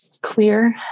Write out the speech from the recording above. clear